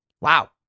Wow